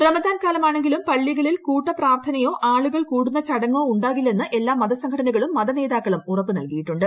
റമദാൻ കാലമാണെങ്കിലും പള്ളികളിൽ കൂട്ട പ്രാർത്ഥനയോ ആളുകൾ കൂടുന്ന ചടങ്ങോ ഉണ്ടാകില്ലെന്ന് എല്ലാ മതസംഘടനകളും മതനേതാക്കളും ഉറപ്പുനൽകിയിട്ടുണ്ട്